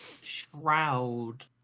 Shroud